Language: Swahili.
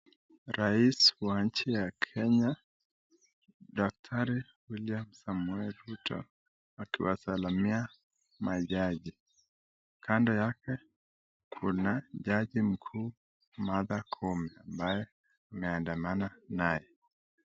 Rais wa nchi ya Kenya, Daktari William Samoei Ruto, akiwasalimia majaji. Kando yake kuna jaji mkuu ambaye ameandamana naye.